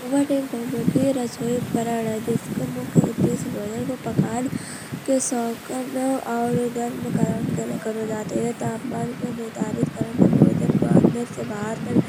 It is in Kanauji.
ओवन एक तरह को रसोई उपकरण है। जिसको मुख्य उद्देश्य भोजन को पकान के शौकान और गर्म करन के लाये करों जात है। यह तापमान को निर्धारित करन पे भोजन का अंदर से भर तक